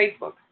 Facebook